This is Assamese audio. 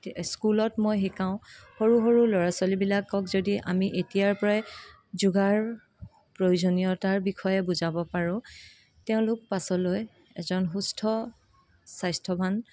স্কুলত মই শিকাওঁ সৰু সৰু ল'ৰা ছোৱালীবিলাকক যদি আমি এতিয়াৰ পৰাই যোগাৰ প্ৰয়োজনীয়তাৰ বিষয়ে বুজাব পাৰোঁ তেওঁলোক পাছলৈ এজন সুস্থ স্বাস্থ্যৱান